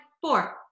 Four